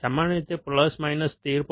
સામાન્ય રીતે plus minus 13